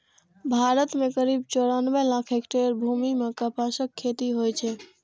भारत मे करीब चौरानबे लाख हेक्टेयर भूमि मे कपासक खेती होइ छै